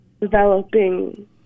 developing